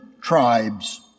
tribes